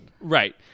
Right